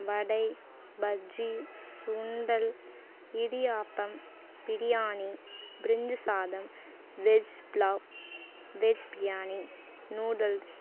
வடை பஜ்ஜி சுண்டல் இடியாப்பம் பிரியாணி பிரிஞ்சி சாதம் veg pulao veg biryani noodles